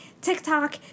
TikTok